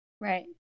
Right